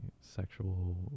sexual